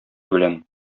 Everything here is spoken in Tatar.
белән